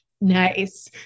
nice